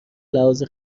لحاظ